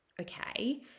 Okay